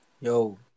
Yo